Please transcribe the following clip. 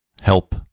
help